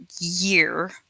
year